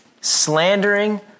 slandering